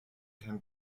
can